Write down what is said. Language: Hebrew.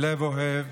מלב אוהב,